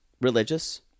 religious